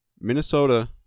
Minnesota